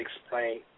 explain